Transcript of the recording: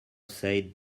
said